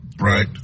Right